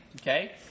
okay